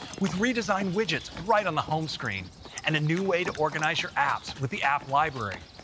with redesigned widgets right on the home screen and a new way to organize your apps with the app library.